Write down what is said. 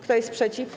Kto jest przeciw?